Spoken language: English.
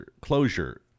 closure